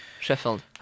Sheffield